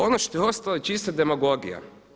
Ono što je ostalo je čista demagogija.